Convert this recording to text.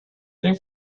their